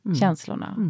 känslorna